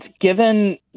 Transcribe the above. given